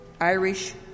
Irish